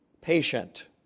patient